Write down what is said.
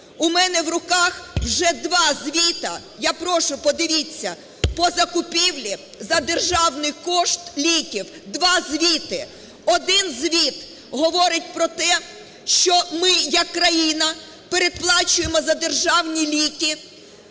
У мене в руках вже два звіти, я прошу, подивіться, по закупівлі за державний кошт ліків. Два звіти. Один звіт говорить про те, що ми як країна переплачуємо за державні ліки.